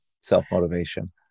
self-motivation